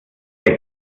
der